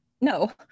no